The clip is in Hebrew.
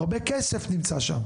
והרבה כסף נמצא שם.